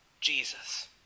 Jesus